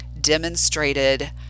demonstrated